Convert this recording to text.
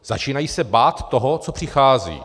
Začínají se bát toho, co přichází.